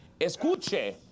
escuche